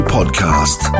Podcast